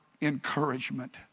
encouragement